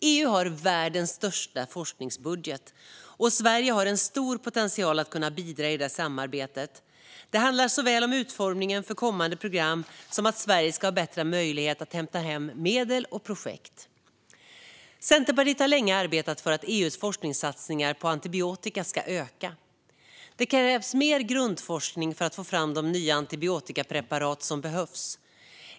EU har världens största forskningsbudget, och Sverige har en stor potential att kunna bidra i det samarbetet. Det handlar om såväl utformningen för kommande program som att Sverige ska ha bättre möjlighet att hämta hem medel och projekt. Centerpartiet har länge arbetat för att EU:s forskningssatsningar på antibiotika ska öka. Det krävs mer grundforskning för att få fram de nya antibiotikapreparat som behövs.